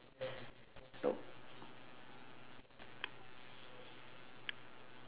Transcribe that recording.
nope